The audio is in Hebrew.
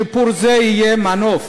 שיפור זה יהיה מנוף